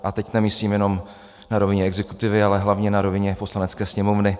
A teď nemyslím jenom na rovině exekutivy, ale hlavně na rovině Poslanecké sněmovny.